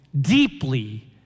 deeply